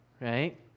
right